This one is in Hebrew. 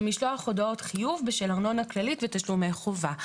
משלוח הודעות חיוב בשל ארנונה כללית ותשלומי חובה.